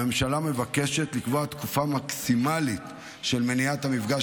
הממשלה מבקשת לקבוע תקופה מקסימלית של מניעת המפגש